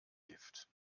gift